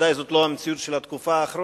ודאי זו לא המציאות של התקופה האחרונה,